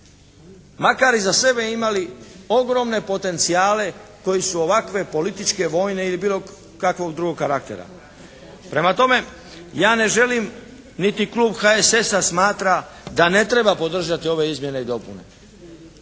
Makar iza sebe imali ogromne potencijale koji su ovakve političke, vojne ili bilo kakvog drugog karaktera. Prema tome, ja ne želim, niti klub HSS-a smatra da ne treba podržati ove izmjene i dopune,